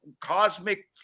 cosmic